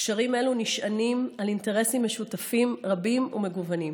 קשרים אלו נשענים על אינטרסים משותפים רבים ומגוונים.